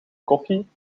koffie